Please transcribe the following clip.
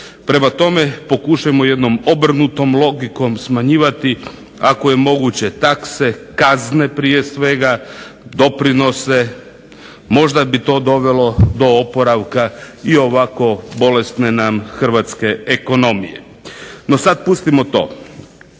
Prema tome, pokušajmo jednom obrnutom logikom smanjivati ako je moguće takse, kazne prije svega, doprinose. Možda bi to dovelo do oporavka i ovako bolesne nam hrvatske ekonomije. No, sad pustimo to.